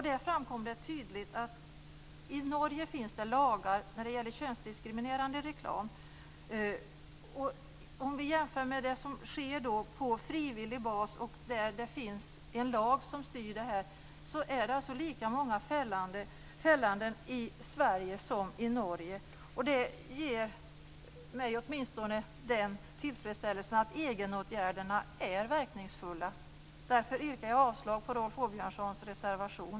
Där framkom det att det i Norge finns lagar när det gäller könsdiskriminerande reklam. Om vi jämför med det som sker på frivillig bas, och där det finns en lag som styr det här, är det lika många fällande domar i Sverige som i Norge. Det ger mig åtminstone tillfredsställelsen att veta att egenåtgärderna är verkningsfulla. Därför yrkar jag avslag på Rolf Åbjörnssons reservation.